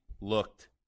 looked